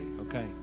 okay